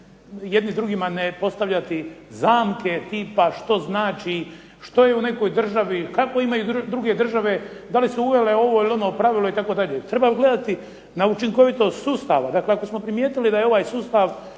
jedni drugima postavljati zamke tipa što znači što je u nekoj državi, kako imaju druge države, da li su uveli ovo ili ono pravilo itd. treba gledati na učinkovitost sustava. Dakle, ako smo primijetili da je ovaj sustav